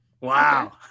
Wow